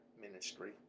ministry